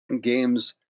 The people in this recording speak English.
games